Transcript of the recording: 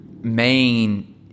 main